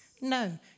No